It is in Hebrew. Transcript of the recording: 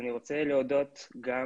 אני רוצה להודות גם